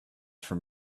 from